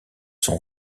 sont